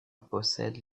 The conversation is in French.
possèdent